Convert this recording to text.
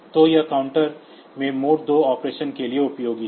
तो यह काउंटर में मोड 2 ऑपरेशन के लिए उपयोगी है